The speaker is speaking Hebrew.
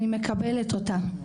אני מקבלת אותה,